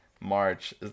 March